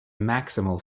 maximal